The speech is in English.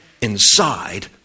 inside